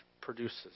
produces